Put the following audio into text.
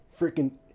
freaking